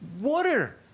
Water